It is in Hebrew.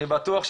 אני בטוח,